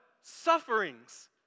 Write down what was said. Sufferings